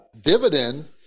dividend